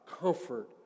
comfort